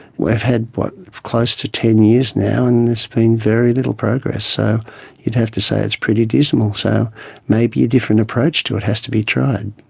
we've had, what, close to ten years now and and there's been very little progress. so you'd have to say it's pretty dismal. so maybe a different approach to it has to be tried.